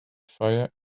fire